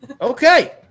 Okay